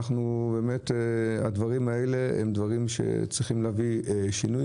הדברים האלה מחייבים שינוי.